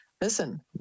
listen